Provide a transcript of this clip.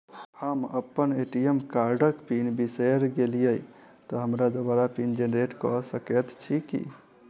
हम अप्पन ए.टी.एम कार्डक पिन बिसैर गेलियै तऽ हमरा दोबारा पिन जेनरेट कऽ सकैत छी की?